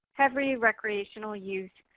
heavy recreational use.